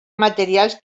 materials